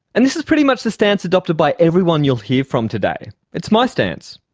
and this is pretty much the stance adopted by everyone you'll hear from today. it's my stance.